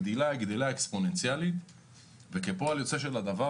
הגדילה היא גדילה אקספוננציאלית וכפועל יוצא של הדבר